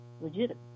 legitimate